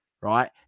right